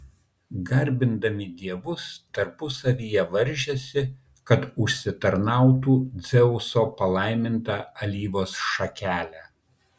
garbindami dievus tarpusavyje varžėsi kad užsitarnautų dzeuso palaimintą alyvos šakelę